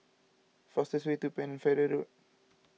fastest way to Pennefather Road